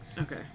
Okay